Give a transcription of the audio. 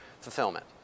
fulfillment